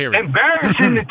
embarrassing